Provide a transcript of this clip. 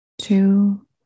two